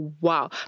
wow